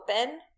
open